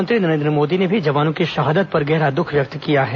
प्रधानमंत्री नरेन्द्र मोदी ने भी जवानों की शहादत पर गहरा दुःख व्यक्त किया है